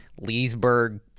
Leesburg